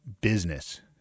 business